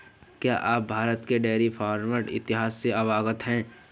क्या आप भारत के डेयरी फार्मिंग इतिहास से अवगत हैं?